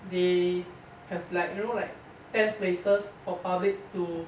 they have like you know like ten places for public to